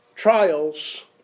trials